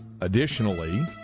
Additionally